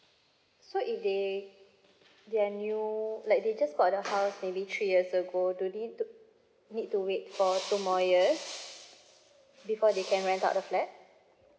so if they they're new like they just got the house maybe three years ago do they need to~ need to wait for two more years before they can rent out the flat